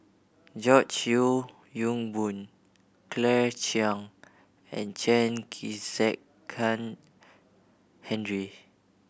George Yeo Yong Boon Claire Chiang and Chen Kezhan Henri